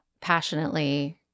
passionately